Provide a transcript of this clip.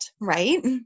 right